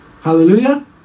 Hallelujah